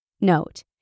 Note